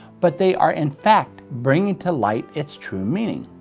but they are in fact bringing to light its true meaning.